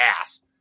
Ass